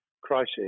crisis